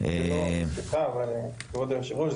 כבוד היושב-ראש,